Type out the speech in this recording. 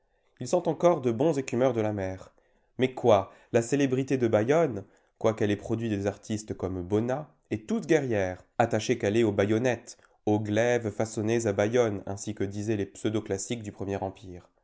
ils sont encore de bons écumeurs de la mer mais quoi la célébrité de bayonne quoiqu'elle ait produit des artistes comme bonnat est toute guerrière attachée qu'elle est aux bayonnettes aux glaives façonnés à bayonne ainsi que disaient les pseudoclassiques du premier empire